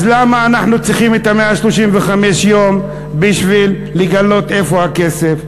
אז למה אנחנו צריכים 135 יום בשביל לגלות איפה הכסף?